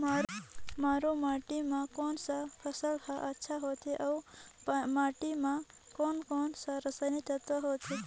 मारू माटी मां कोन सा फसल ह अच्छा होथे अउर माटी म कोन कोन स हानिकारक तत्व होथे?